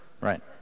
Right